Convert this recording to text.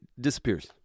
disappears